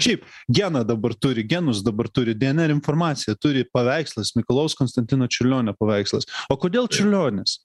šiaip geną dabar turi genus dabar turi dnr informaciją turi paveikslas mikalojaus konstantino čiurlionio paveikslas o kodėl čiurlionis